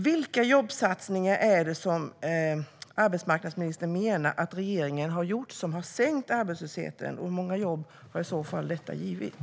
Vilka jobbsatsningar som regeringen har gjort menar arbetsmarknadsministern har minskat arbetslösheten, och hur många jobb har detta i så fall gett?